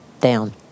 down